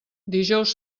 dijous